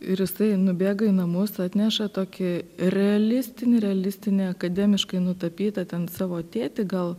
ir jisai nubėga į namus atneša tokį realistinį realistinį akademiškai nutapytą ten savo tėtį gal